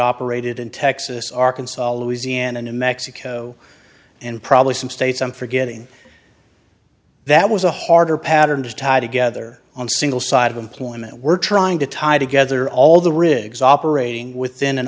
operated in texas arkansas louisiana new mexico and probably some states i'm forgetting that was a harder pattern to tie together on single side of employment were trying to tie together all the rigs operating within an